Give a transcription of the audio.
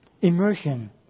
Immersion